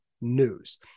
news